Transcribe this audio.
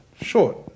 short